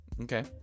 Okay